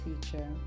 teacher